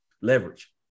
leverage